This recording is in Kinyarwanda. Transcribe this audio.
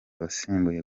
wasimbuye